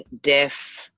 Deaf